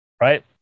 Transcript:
right